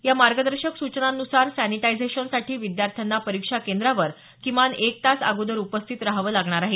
या मार्गदर्शक सूचनानुसार सॅनिटायझेशनसाठी विद्यार्थ्यांना परीक्षा केंद्रावर किमान एक तास अगोदर उपस्थित राहावं लागणार आहे